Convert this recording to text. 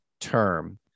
term